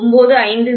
L 24